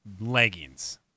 leggings